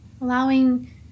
Allowing